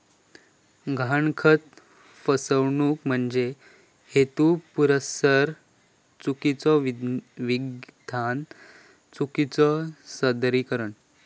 गहाणखत फसवणूक म्हणजे हेतुपुरस्सर चुकीचो विधान, चुकीचो सादरीकरण